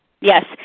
Yes